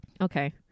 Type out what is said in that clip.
Okay